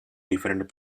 different